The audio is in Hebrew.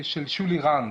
של שולי רנד.